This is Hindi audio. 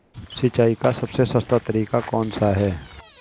सिंचाई का सबसे सस्ता तरीका कौन सा है?